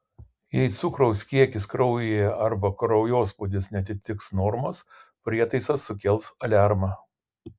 jei cukraus kiekis kraujyje arba kraujospūdis neatitiks normos prietaisas sukels aliarmą